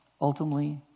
Ultimately